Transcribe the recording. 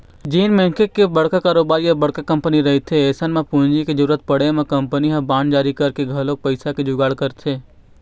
जेन मनखे के बड़का कारोबार या बड़का कंपनी रहिथे अइसन म पूंजी के जरुरत पड़े म कंपनी ह बांड जारी करके घलोक पइसा के जुगाड़ करथे